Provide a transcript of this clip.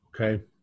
Okay